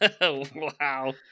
Wow